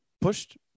pushed